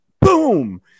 boom